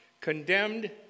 Condemned